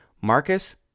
Marcus